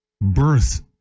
birth